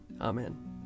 Amen